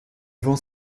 vent